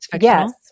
Yes